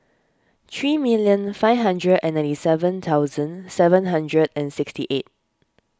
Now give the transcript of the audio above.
three million five hundred and ninety seven thousand seven hundred and sixty eight